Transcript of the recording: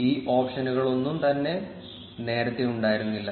ഈ ഓപ്ഷനുകളൊന്നും നേരത്തെ ഉണ്ടായിരുന്നില്ല